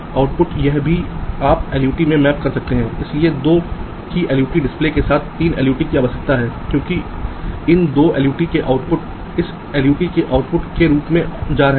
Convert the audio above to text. तो आपके पास एक रूटिंग एल्गोरिदम है जहां तार की चौड़ाई गैर समान हो सकती है यह क्लॉक या सिग्नल नेट के विपरीत है जहां तार की चौड़ाई सभी समान है हम तारों की चौड़ाई नहीं बदल रहे हैं लेकिन बिजली की आपूर्ति के मार्ग में हम हमारी आवश्यकताओं के आधार पर तारों की चौड़ाई बदल रहे हैं